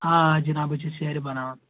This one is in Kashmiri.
آ جِناب أسۍ چھِ سیرِ بناوان